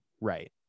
Right